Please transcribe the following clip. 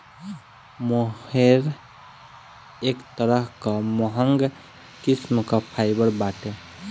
मोहेर एक तरह कअ महंग किस्म कअ फाइबर बाटे